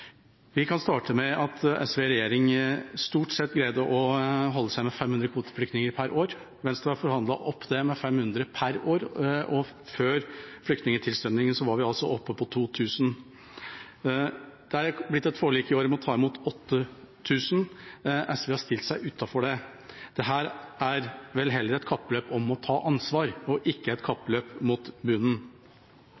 Vi kan starte med at SV i regjering stort sett greide å holde seg med 500 kvoteflyktninger per år, mens det var forhandlet opp med 500 per år, og før flyktningtilstrømningen var vi oppe i 2 000. Det er blitt et forlik i år om å ta imot 8 000. SV har stilt seg utenfor det. Dette er vel heller et kappløp om å ta ansvar, og ikke et kappløp mot bunnen.